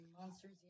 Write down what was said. Monsters